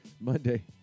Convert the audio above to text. Monday